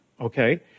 Okay